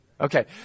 Okay